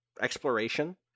Exploration